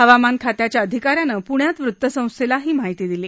हवामान खात्याच्या अधिका यानं पुण्यात वृत्तसंस्थेला ही माहिती दिली